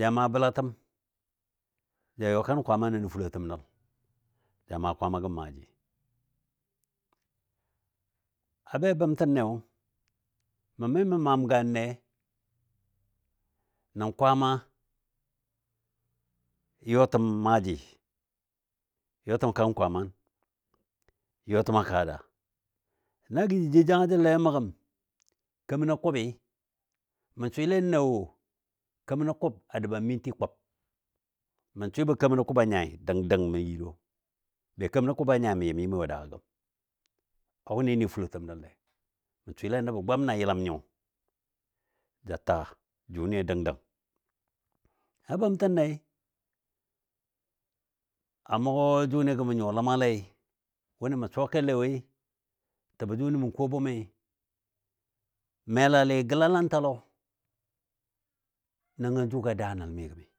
ja maa bəlatəm ja yɔ kan kwaammanɔ nən fulotəm nəl, ja maa Kwaamma gəm maaji. A be bəmtənneyo, mə mi mə maam ganle nən Kwaama yɔtəm maaji, yɔtəm kan kwaaman, yɔtəm a kaa daa. Na gɔ jə jou jangajəngle mə gəm kemənɔ kʊbi, mə swɨlen na wo kemənɔ kʊb a bəla minti kub. Mə swɨbɔ kemənɔ kʊb a nyai dəng dəng mə yilo, be kemənɔ kʊb a nya mə yɨm yɨm wo daagɔ gəm. A wʊni ni fulotəm nəlle. Mə swɨle nəbɔ gwam na yəlam nyo ja ta jʊni dəng dəng. Ya bəmtənle a mʊgɔ jʊni gəm mə nyuwa ləmalei, wʊni mə suwa kelle woi, təbɔ jʊni mə ko bʊmi, melali gəlalantalɔ nəngɔ jʊga daa nəl mi gəmi.